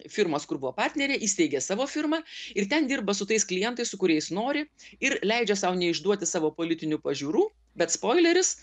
firmos kur buvo partnerė įsteigė savo firmą ir ten dirba su tais klientais su kuriais nori ir leidžia sau neišduoti savo politinių pažiūrų bet spoileris